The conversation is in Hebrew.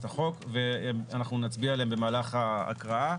החוק ואנחנו נצביע עליהן במהלך ההקראה.